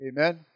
Amen